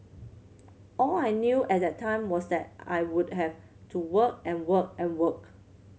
all I knew at that time was that I would have to work and work and work